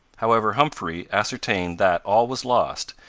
however, humphrey ascertained that all was lost,